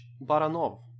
Baranov